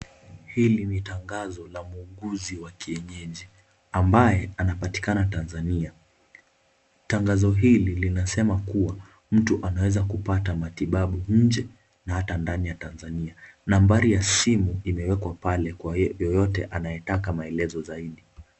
Hili ni tangazo la muuguzi wa kienyeji ambaye anapatikana Tanzania. Tangazo hili linasema kuwa mtu anaweza kupata matibabu nje na hata ndani ya Tanzania. Nambari ya simu imewekwa pale kwa yoyote anayetaka maelezo zaidi.